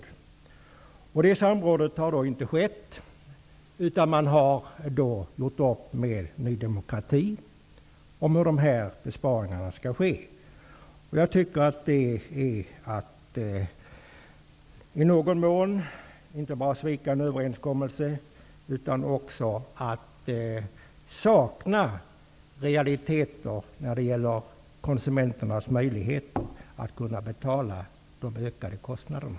Det samrådet har nu inte skett, utan regeringen har gjort upp med Ny demokrati om hur de här besparingarna skall ske. Detta är enligt min mening inte bara att svika en överenskommelse utan också att sakna realiteter när det gäller konsumenternas möjligheter att betala de ökade kostnaderna.